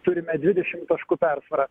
turime dvidešim taškų persvarą